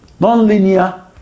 nonlinear